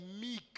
meek